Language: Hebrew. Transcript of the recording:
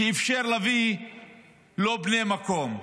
כי אי-אפשר להביא לא בני המקום.